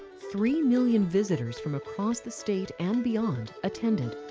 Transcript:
three million visitors from across the state and beyond attended.